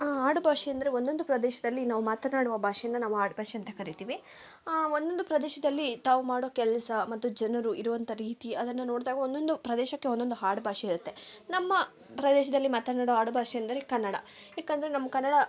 ಆಡುಭಾಷೆ ಅಂದರೆ ಒಂದೊಂದು ಪ್ರದೇಶದಲ್ಲಿ ನಾವು ಮಾತನಾಡುವ ಭಾಷೆಯನ್ನ ನಾವು ಆಡುಭಾಷೆ ಅಂತ ಕರಿತೀವಿ ಒಂದೊಂದು ಪ್ರದೇಶದಲ್ಲಿ ತಾವು ಮಾಡೋ ಕೆಲಸ ಮತ್ತು ಜನರು ಇರುವಂಥ ರೀತಿ ಅದನ್ನು ನೋಡಿದಾಗ ಒಂದೊಂದು ಪ್ರದೇಶಕ್ಕೆ ಒಂದೊಂದು ಹಾಡು ಭಾಷೆ ಇರುತ್ತೆ ನಮ್ಮ ಪ್ರದೇಶದಲ್ಲಿ ಮಾತನಾಡುವ ಆಡುಭಾಷೆ ಅಂದರೆ ಕನ್ನಡ ಏಕೆಂದ್ರೆ ನಮ್ಮ ಕನ್ನಡ